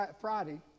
Friday